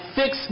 fix